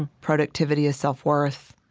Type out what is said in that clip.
and productivity as self-worth,